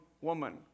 woman